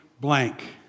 blank